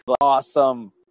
Awesome